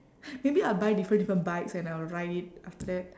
maybe I'll buy different different bikes and I'll ride it after that